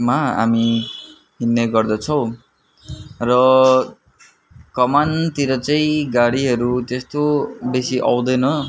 मा हामी हिँड्ने गर्दछौँ र कमानतिर चाहिँ गाडीहरू त्यस्तो बेसी आउँदैन